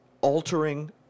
altering